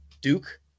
duke